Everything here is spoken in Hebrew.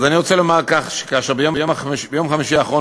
אז אני רוצה לומר כך: ביום חמישי האחרון